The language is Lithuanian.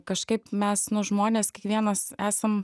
kažkaip mes nu žmonės kiekvienas esam